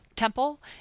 temple